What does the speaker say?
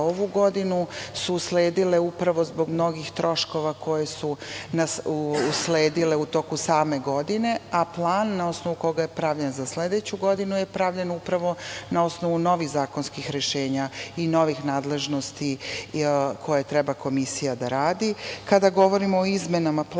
ovu godinu su usledile upravo zbog mnogih troškova koji su usledile u toku same godine, a plan na osnovu koga je pravljen za sledeću godinu je pravljen upravo na osnovu novih zakonskih rešenja i novih nadležnosti koje treba komisija da radi. Kada govorimo o izmenama plana,